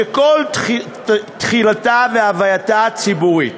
שכל תחילתה והווייתה ציבורית.